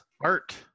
Art